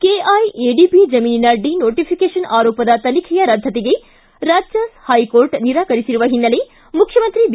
KIADB ಜಮೀನಿನ denotification ಆರೋಪದ ತನಿಖೆಯ ರದ್ದತಿಗೆ ರಾಜ್ಯ ಹೈಕೋರ್ಟ್ ನಿರಾರಕರಿಸಿರುವ ಹಿನ್ನೆಲೆ ಮುಖ್ಯಮಂತ್ರಿ ಬಿ